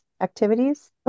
Activities